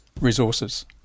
resources